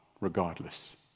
regardless